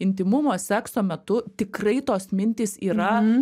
intymumo sekso metu tikrai tos mintys yra